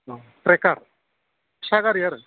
औ ट्रेकार फिसा गारि आरो